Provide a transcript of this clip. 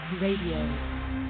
Radio